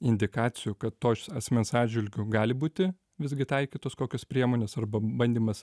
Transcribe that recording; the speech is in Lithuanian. indikacijų kad to asmens atžvilgiu gali būti visgi taikytos kokios priemonės arba bandymas